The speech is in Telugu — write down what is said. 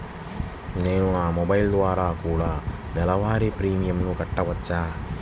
నేను నా మొబైల్ ద్వారా కూడ నెల వారి ప్రీమియంను కట్టావచ్చా?